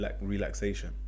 relaxation